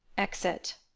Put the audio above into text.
exit